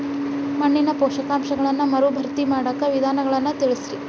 ಮಣ್ಣಿನ ಪೋಷಕಾಂಶಗಳನ್ನ ಮರುಭರ್ತಿ ಮಾಡಾಕ ವಿಧಾನಗಳನ್ನ ತಿಳಸ್ರಿ